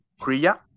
Kriya